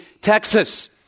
Texas